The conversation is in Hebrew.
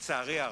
לצערי הרב,